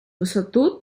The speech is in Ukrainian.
висоту